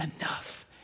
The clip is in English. enough